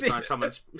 someone's